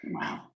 Wow